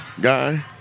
guy